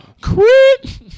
Quit